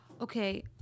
Okay